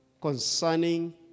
concerning